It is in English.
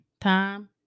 time